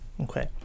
Okay